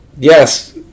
Yes